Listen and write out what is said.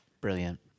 Brilliant